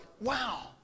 wow